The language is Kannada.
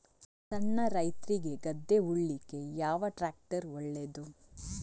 ಸಣ್ಣ ರೈತ್ರಿಗೆ ಗದ್ದೆ ಉಳ್ಳಿಕೆ ಯಾವ ಟ್ರ್ಯಾಕ್ಟರ್ ಒಳ್ಳೆದು?